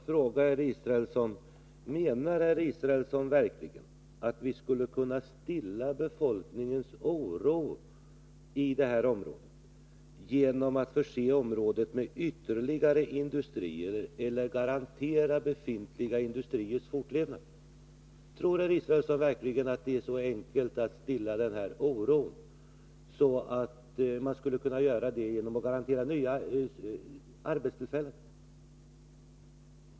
Fru talman! Menar herr Israelsson verkligen att vi skulle kunna stilla befolkningens oro i det här området genom att förse området med ytterligare industrier eller genom att garantera befintliga industriers fortlevnad? Tror herr Israelsson verkligen att det är så enkelt att stilla den här oron, att man skulle kunna göra det genom att garantera nya arbetstillfällen?